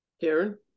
Karen